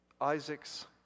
Isaac's